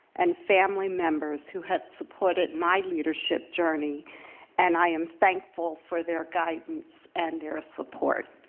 and family members who have supported my leadership journey and i am thankful for their guidance and their support.